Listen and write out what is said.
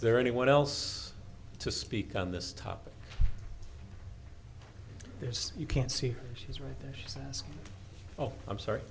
there anyone else to speak on this topic there's you can see she's right there she says oh i'm sorry